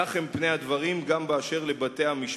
כך הם פני הדברים גם באשר לבתי-המשפט,